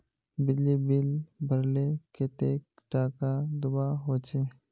बिजली बिल भरले कतेक टाका दूबा होचे?